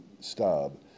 Stab